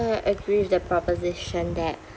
I agree with that proposition that